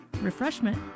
refreshment